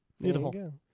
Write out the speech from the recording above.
Beautiful